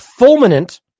fulminant